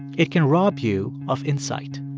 it can rob you of insight,